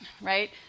right